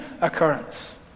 occurrence